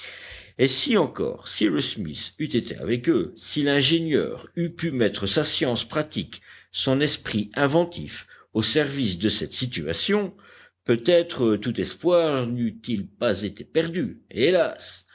et si encore cyrus smith eût été avec eux si l'ingénieur eût pu mettre sa science pratique son esprit inventif au service de cette situation peut-être tout espoir n'eût-il pas été perdu hélas